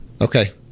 Okay